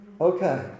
okay